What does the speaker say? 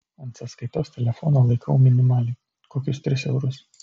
ant sąskaitos telefono laikau minimaliai kokius tris eurus